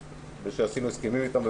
שעשינו הסכמים איתן,